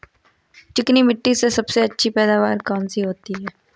चिकनी मिट्टी में सबसे अच्छी पैदावार कौन सी होती हैं?